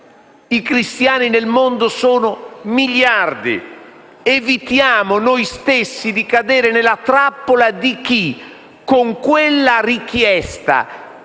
i cristiani nel mondo sono miliardi; evitiamo noi stessi di cadere nella trappola di chi, con quella richiesta